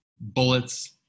bullets